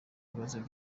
ikibazo